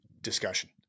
discussion